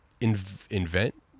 invent